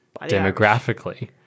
demographically